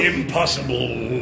Impossible